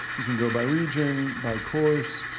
you can go by region, by course,